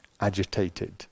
agitated